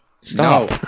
Stop